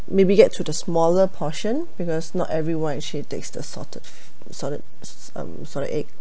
maybe get to the smaller portion because not everyone actually takes the salted salted um salted egg